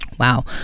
Wow